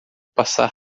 passar